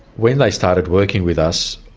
when they started working with us,